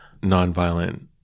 nonviolent